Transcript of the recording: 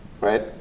right